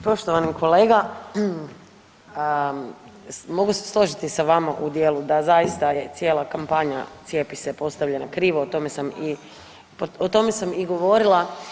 Poštovani kolega, mogu se složiti sa vama u dijelu da zaista je cijela kampanja „Cijepi se“ postavljena krivo, o tome sam i govorila.